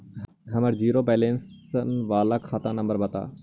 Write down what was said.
हमर zero balance बाला खाता नम्बर बत?